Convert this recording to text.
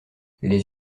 les